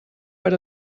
per